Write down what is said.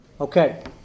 Okay